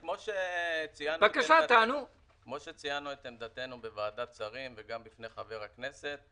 כמו שציינו את עמדתנו בוועדת שרים וגם בפני חבר הכנסת,